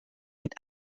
mit